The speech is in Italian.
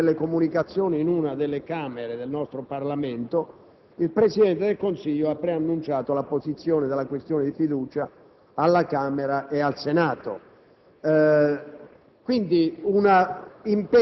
nell'occasione più rilevante, cioè in sede di comunicazioni dinanzi una delle Aule del nostro Parlamento, il Presidente del Consiglio ha preannunciato l'apposizione della questione di fiducia alla Camera dei deputati